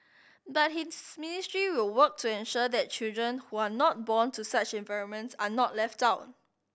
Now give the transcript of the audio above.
but his ministry will work to ensure that children who are not born to such environments are not left out